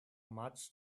much